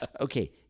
Okay